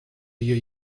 you